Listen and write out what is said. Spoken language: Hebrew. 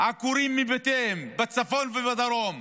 עקורים מבתיהם בצפון ובדרום,